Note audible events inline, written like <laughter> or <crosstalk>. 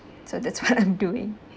so that's <laughs> what I'm doing